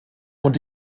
und